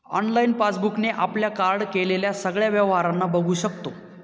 online passbook ने आपल्या card केलेल्या सगळ्या व्यवहारांना बघू शकतो